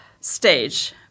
stage